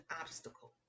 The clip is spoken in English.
obstacle